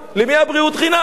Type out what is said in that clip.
למי היתה בריאות חינם?